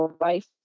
life